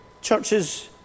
churches